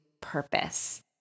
purpose